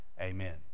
Amen